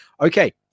okay